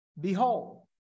behold